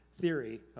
theory